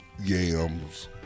Yams